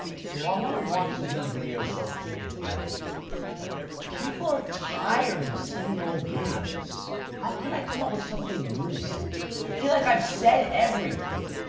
so i want to launch this new video show planet derek but people are tired of the same old videos. how can i come up with something new to say? i feel like i've said everything?